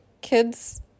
kids